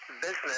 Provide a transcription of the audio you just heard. business